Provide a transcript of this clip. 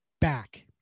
back